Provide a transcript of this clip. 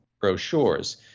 brochures